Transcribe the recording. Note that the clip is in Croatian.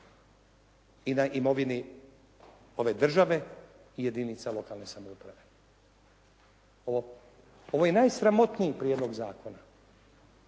i na imovini ove države i jedinica lokalne samouprave. Ovo je najsramotniji prijedlog zakona